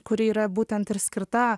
kuri yra būtent ir skirta